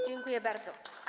Dziękuję bardzo.